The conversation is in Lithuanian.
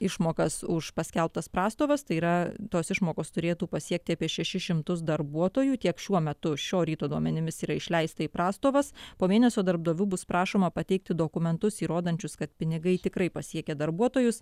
išmokas už paskelbtas prastovas tai yra tos išmokos turėtų pasiekti apie šešis šimtus darbuotojų tiek šiuo metu šio ryto duomenimis yra išleista į prastovas po mėnesio darbdavių bus prašoma pateikti dokumentus įrodančius kad pinigai tikrai pasiekė darbuotojus